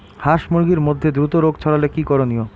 হাস মুরগির মধ্যে দ্রুত রোগ ছড়ালে কি করণীয়?